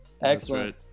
Excellent